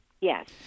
Yes